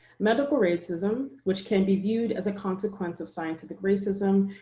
medical racism, which can be viewed as a consequence of scientific racism,